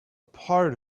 part